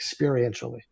experientially